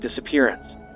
disappearance